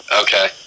Okay